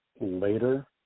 later